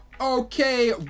Okay